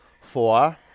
Four